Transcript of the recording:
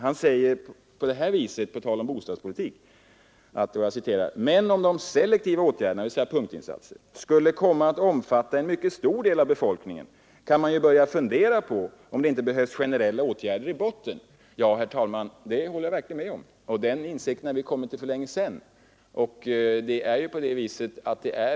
Han säger på tal om bostadspolitik: ”Men om de selektiva åtgärderna” — dvs. punktinsatser — ”skulle komma att omfatta en mycket stor del av befolkningen kan man ju börja fundera på om det inte behövs generella åtgärder i botten.” Ja, herr talman, det håller jag verkligen med om, och den insikten har vi kommit till för länge sedan.